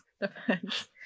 Depends